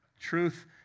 Truth